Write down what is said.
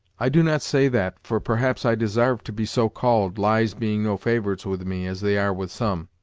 i do not say that, for perhaps i desarved to be so called, lies being no favorites with me, as they are with some.